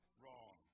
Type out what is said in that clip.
wrong